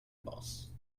boss